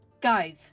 guys